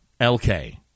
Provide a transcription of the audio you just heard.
LK